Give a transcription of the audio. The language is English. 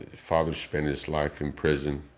father spent his life in prison.